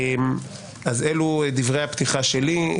אלו דברי הפתיחה שלי.